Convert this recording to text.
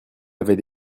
avaient